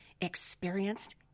experienced